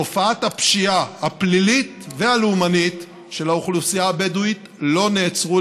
תופעות הפשיעה הפלילית והלאומנית של האוכלוסייה הבדואית לא נעצרו,